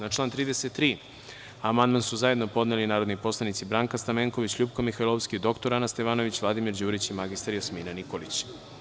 Na član 33. amandman su zajedno podneli narodni poslanici Branka Stamenković, LJupka Mihajlovska, dr Ana Stevanović, Vladimir Đurić i mr Jasmina Nikolić.